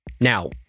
Now